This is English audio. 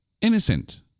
innocent